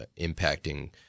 impacting